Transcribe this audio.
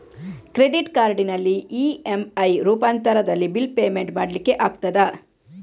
Credit ಕಾರ್ಡಿನಲ್ಲಿ EMI ರೂಪಾಂತರದಲ್ಲಿ bill payment ಮಾಡ್ಲಿಕ್ಕೆ ಆಗ್ತದ?